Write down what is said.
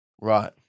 Right